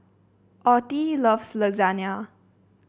Ottie loves Lasagna